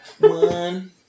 one